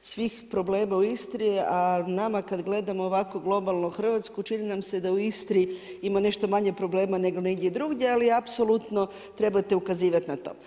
svih problema u Istri a nama kad gledamo ovako globalno Hrvatsko, čini nam se da u Istri ima nešto manje problema nego negdje drugdje ali apsolutno trete ukazivati na to.